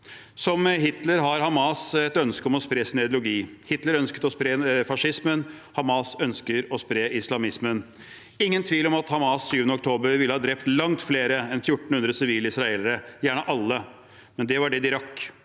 Som Hitler har Hamas et ønske om å spre sin ideologi. Hitler ønsket å spre fascismen; Hamas ønsker å spre islamismen. Det er ingen tvil om at Hamas 7. oktober ville ha drept langt flere enn 1 400 sivile israelere – gjerne alle. Det var det de rakk,